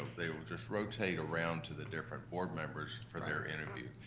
they would just rotate around to the different board members for their interview,